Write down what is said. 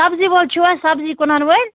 سبزی وٲلۍ چھُو حظ سبزی کٕنَن وٲلۍ